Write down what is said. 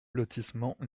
lotissement